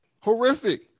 Horrific